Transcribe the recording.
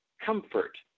comfort